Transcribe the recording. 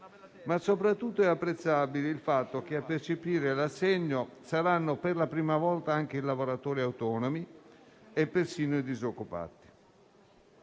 Soprattutto è apprezzabile il fatto che a percepire l'assegno saranno, per la prima volta, anche i lavoratori autonomi e persino i disoccupati.